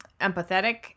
empathetic